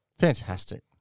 Fantastic